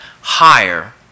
higher